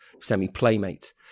semi-playmate